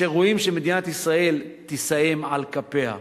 אשר ראויים שמדינת ישראל תישאם על כפיה.